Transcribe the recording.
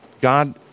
God